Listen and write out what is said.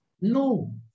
No